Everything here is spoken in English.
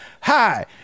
hi